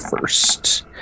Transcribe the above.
first